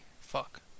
Fuck